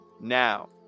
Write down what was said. now